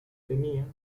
tenía